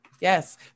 Yes